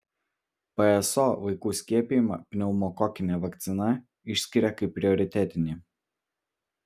pso vaikų skiepijimą pneumokokine vakcina išskiria kaip prioritetinį